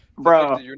Bro